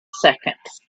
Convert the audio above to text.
seconds